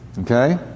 okay